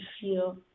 feel